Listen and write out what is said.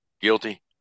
guilty